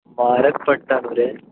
बरेंत पडटा न्हू रे